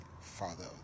father